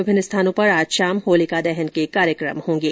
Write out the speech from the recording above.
विभिन्न स्थानों पर आज शाम होलिका दहन के कार्यक्रम होगें